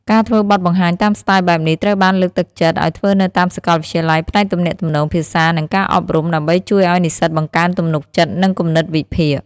ការធ្វើបទបង្ហាញតាមស្ទាយបែបនេះត្រូវបានលើកទឹកចិត្តឱ្យធ្វើនៅតាមសកលវិទ្យាល័យផ្នែកទំនាក់ទំនង ភាសា និងការអប់រំ ដើម្បីជួយឱ្យនិស្សិតបង្កើនទំនុកចិត្ត និងគំនិតវិភាគ។